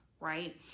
Right